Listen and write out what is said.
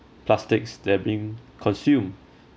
plastics that we consume